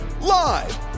live